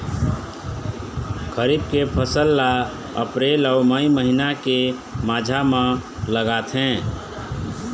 खरीफ के फसल ला अप्रैल अऊ मई महीना के माझा म लगाथे